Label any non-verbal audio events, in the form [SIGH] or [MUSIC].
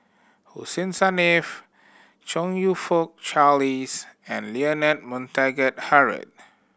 Hussein [UNINTELLIGIBLE] Chong You Fook Charles and Leonard Montague Harrod